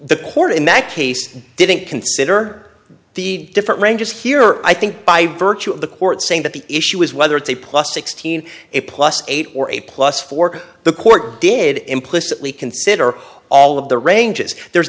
the court in that case didn't consider the different ranges here i think by virtue of the court saying that the issue is whether it's a plus sixteen a plus eight or a plus for the court did implicitly consider all of the ranges there's